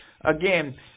again